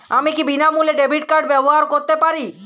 আমি কি বিনামূল্যে ডেবিট কার্ড ব্যাবহার করতে পারি?